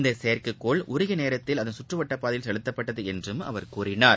இந்த செயற்கைக்கோள் உரிய நேரத்தில் அதன் கற்றுப்பாதையில் செலுத்தப்பட்டது என்றும் அவர் கூறினார்